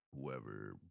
whoever